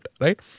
right